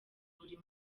buri